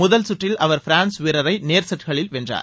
முதல் சுற்றில் அவர் ஃபிரான்ஸ் வீரரை நேர் செட்களில் சென்றார்